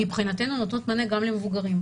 מבחינתנו נותנות מענה גם למבוגרים.